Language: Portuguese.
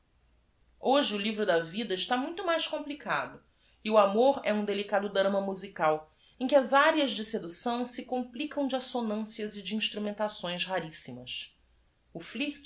oje o livro da vida está m u i t o mais complicado e o amor é um delicado drama musical em que as árias de seducção se complicam de assonancias e de instrumenta ções rarissimas flirt